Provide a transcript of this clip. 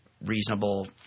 reasonable